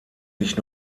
nicht